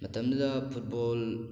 ꯃꯇꯝꯗꯨꯗ ꯐꯨꯠꯕꯣꯜ